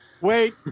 wait